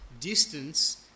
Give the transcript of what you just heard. distance